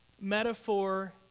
metaphor